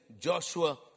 Joshua